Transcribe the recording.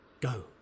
go